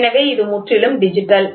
எனவே இது முற்றிலும் டிஜிட்டல்